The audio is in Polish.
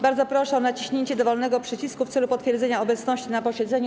Bardzo proszę o naciśnięcie dowolnego przycisku w celu potwierdzenia obecności na posiedzeniu.